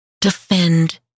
Defend